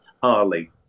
harley